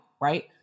right